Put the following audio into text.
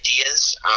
ideas